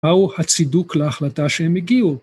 מ‫הו הצידוק להחלטה שהם הגיעו.